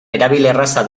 erabilerraza